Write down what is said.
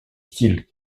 styles